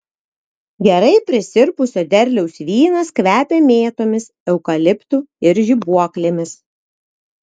gerai prisirpusio derliaus vynas kvepia mėtomis eukaliptu ir žibuoklėmis